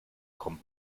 kommt